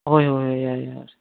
ꯍꯣꯏ ꯍꯣꯏ ꯍꯣꯏ ꯌꯥꯏ ꯌꯥꯏ